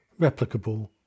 replicable